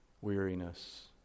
Weariness